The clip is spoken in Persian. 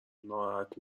ناراحت